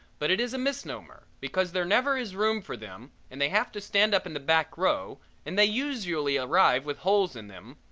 but it is a misnomer, because there never is room for them and they have to stand up in the back row and they usually arrive with holes in them,